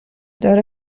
داره